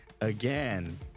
again